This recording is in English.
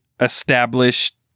established